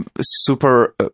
super